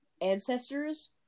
ancestors